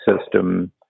system